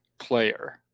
player